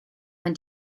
when